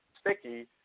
sticky